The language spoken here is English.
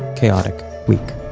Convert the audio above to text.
chaotic week